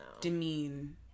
Demean